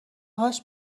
هاش